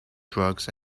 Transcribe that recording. drugs